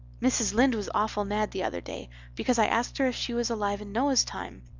mrs. lynde was awful mad the other day because i asked her if she was alive in noah's time.